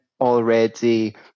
already